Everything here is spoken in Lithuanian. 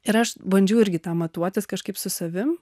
ir aš bandžiau irgi tą matuotis kažkaip su savim